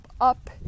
up